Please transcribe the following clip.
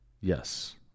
Yes